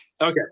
Okay